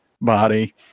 body